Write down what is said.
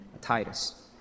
Titus